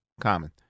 Common